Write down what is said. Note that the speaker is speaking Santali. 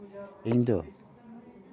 ᱤᱧᱫᱚ